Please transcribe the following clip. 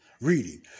Reading